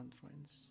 conference